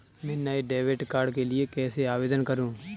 मैं नए debit card के लिए कैसे आवेदन करूं?